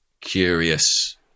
curious